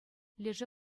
лешӗ